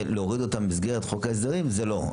להוריד אותם במסגרת חוק ההסדרים זה לא.